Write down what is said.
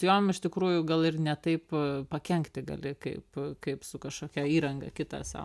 su jom iš tikrųjų gal ir ne taip pakenkti gali kaip kaip su kažkokia įranga kita sau